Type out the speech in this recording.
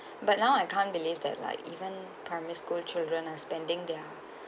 but now I can't believe that like even primary school children are spending their